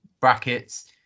brackets